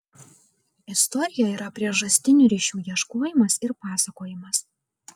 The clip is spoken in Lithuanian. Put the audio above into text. istorija yra priežastinių ryšių ieškojimas ir pasakojimas